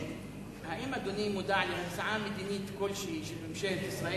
האם אדוני מודע להצעה מדינית כלשהי של ממשלת ישראל